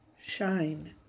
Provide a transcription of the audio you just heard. Shine